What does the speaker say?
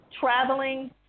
traveling